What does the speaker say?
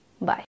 Bye